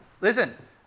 Listen